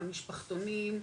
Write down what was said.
המשפחתונים,